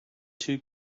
two